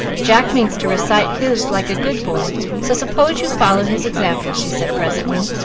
jack means to recite his like a good boy, so suppose you follow his example, she said, presently.